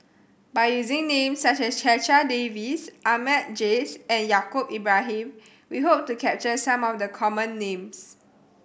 by using names such as Checha Davies Ahmad Jais and Yaacob Ibrahim we hope to capture some of the common names